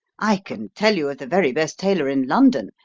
i can tell you of the very best tailor in london,